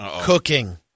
cooking